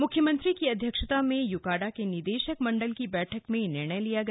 मुख्यमंत्री की अध्यक्षता में यूकाडा के निदेशक मण्डल की बैठक में यह निर्णय लिया गया